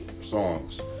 songs